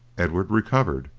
edward recovered,